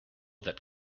that